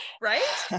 right